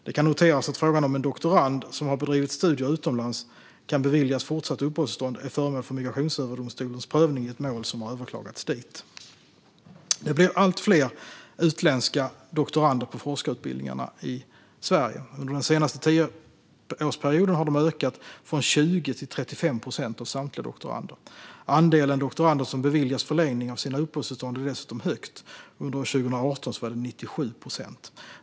Det kan noteras att frågan om huruvida en doktorand, som har bedrivit studier utomlands, kan beviljas fortsatt uppehållstillstånd är föremål för Migrationsöverdomstolens prövning i ett mål som har överklagats dit. Det blir allt fler utländska doktorander på forskarutbildningarna i Sverige. Under den senaste tioårsperioden har de ökat från 20 till 35 procent av samtliga doktorander. Andelen doktorander som beviljas förlängning av sina uppehållstillstånd är dessutom hög. Under år 2018 var det 97 procent.